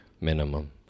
Minimum